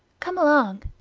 come along.